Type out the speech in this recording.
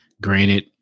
Granted